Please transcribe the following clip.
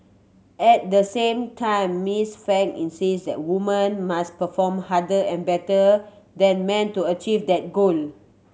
at the same time Miss Frank insists that woman must perform harder and better than men to achieve that goal